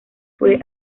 fue